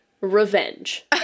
Revenge